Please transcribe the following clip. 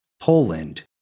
Poland